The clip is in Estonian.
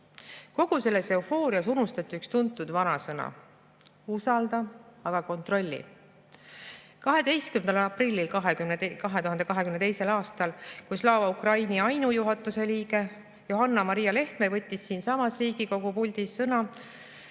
Kogu selles eufoorias unustati üks tuntud vanasõna: usalda, aga kontrolli.12. aprillil 2022. aastal, kui Slava Ukraini juhatuse [ainu]liige Johanna-Maria Lehtme võttis siinsamas Riigikogu puldis sõna,